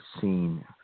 seen